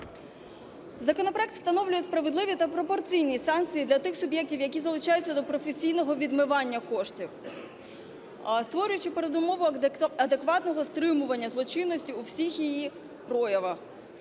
Законопроект встановлює справедливі та пропорційні санкції для тих суб'єктів, які залучаються до професійного відмивання коштів, створюючи передумови адекватного стримування злочинності в усіх її проявах.